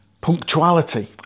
punctuality